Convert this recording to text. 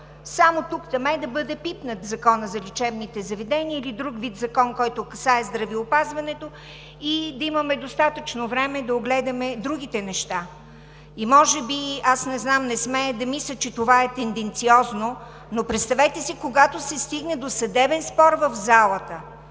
само тук-там да бъде пипнат Законът за лечебните заведения или друг вид закон, който касае здравеопазването, и да имаме достатъчно време да огледаме другите неща. И може би, аз не знам и не смея да мисля, че това е тенденциозно, но си представете, когато се стигне до съдебен спор в залата,